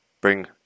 bring